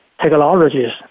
technologies